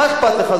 מה אכפת לך?